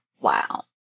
Wow